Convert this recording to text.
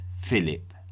Philip